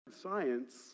science